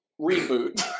reboot